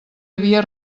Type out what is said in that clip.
havia